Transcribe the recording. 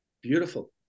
Beautiful